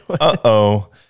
uh-oh